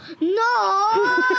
No